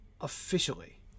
officially